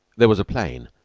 there was a plain,